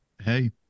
hey